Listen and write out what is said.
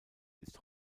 ist